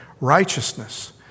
Righteousness